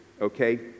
Okay